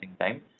time